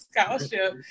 scholarship